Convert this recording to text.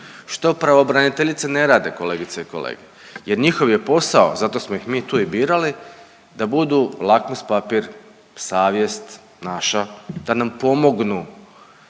što pravobraniteljice ne rade kolegice i kolege jer njihov je posao, zato smo ih mi tu i birali da budu lakmus papir, savjest naša da nam pomognu